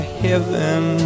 heaven